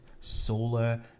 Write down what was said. solar